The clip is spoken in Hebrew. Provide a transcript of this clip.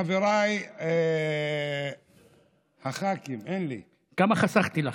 חבריי חברי הכנסת, אין לי, כמה חסכתי לכם.